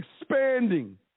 expanding